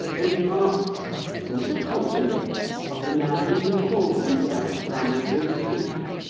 and marked with the compliments of the man who calls himself hamilton cleek.